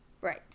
right